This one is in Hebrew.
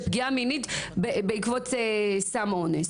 לפגיעה מינית בעקבות סם אונס?